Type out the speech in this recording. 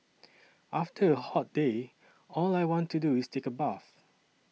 after a hot day all I want to do is take a bath